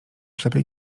ślepej